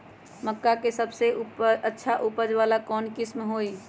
मक्का के सबसे अच्छा उपज वाला कौन किस्म होई?